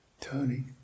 Tony